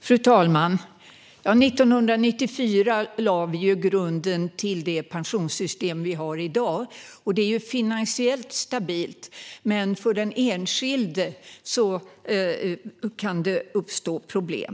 Fru talman! År 1994 lade vi grunden till dagens pensionssystem. Det är finansiellt stabilt, men för den enskilde kan det uppstå problem.